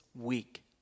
week